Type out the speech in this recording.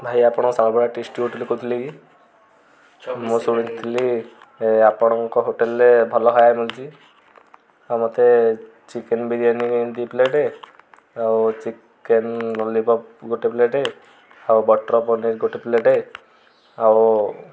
ଭାଇ ଆପଣ ଶାଳପଡ଼ା ଟେଷ୍ଟି ହୋଟେଲ୍ରୁ କହୁଥିଲେ କି ମୁଁ ଶୁଣିଥିଲି ଆପଣଙ୍କ ହୋଟେଲ୍ରେ ଭଲ ଖାଇବା ମିଳୁଛି ଆଉ ମୋତେ ଚିକେନ୍ ବିରିୟାନୀ ଦୁଇ ପ୍ଲେଟ୍ ଆଉ ଚିକେନ୍ ଲଲିପପ୍ ଗୋଟେ ପ୍ଲେଟ୍ ଆଉ ବଟର୍ ପନିର୍ ଗୋଟେ ପ୍ଲେଟ୍ ଆଉ